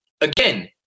Again